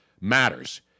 Matters